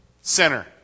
center